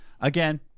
again